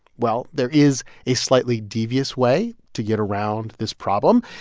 well, there is a slightly devious way to get around this problem.